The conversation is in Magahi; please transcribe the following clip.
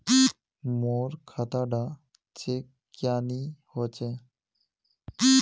मोर खाता डा चेक क्यानी होचए?